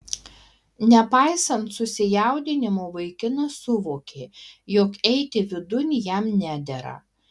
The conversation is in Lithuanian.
nepaisant susijaudinimo vaikinas suvokė jog eiti vidun jam nedera